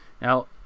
Now